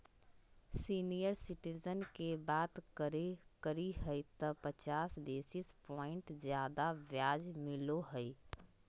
senior citizen के बात करही त पचास बेसिस प्वाइंट ज्यादा ब्याज मिलो हइ